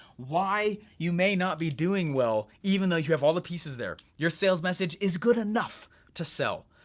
why you may not be doing well. even though you have all the pieces there. your sales message is good enough to sell,